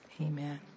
amen